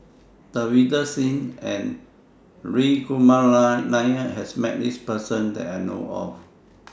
Davinder Singh and Hri Kumar Nair has Met This Person that I know of